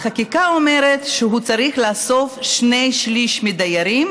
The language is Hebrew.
החקיקה אומרת שהוא צריך לאסוף שני שלישים מהדיירים